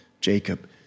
Jacob